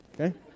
okay